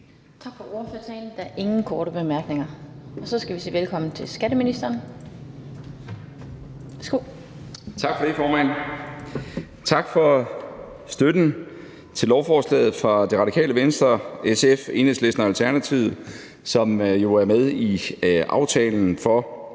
Tak for ordførertalen. Der er ingen korte bemærkninger. Så skal vi sige velkommen til skatteministeren. Værsgo. Kl. 19:50 Skatteministeren (Morten Bødskov): Tak for det, formand. Tak for støtten til lovforslaget fra Det Radikale Venstre, SF, Enhedslisten og Alternativet, som jo er med i aftalen om